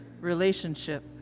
relationship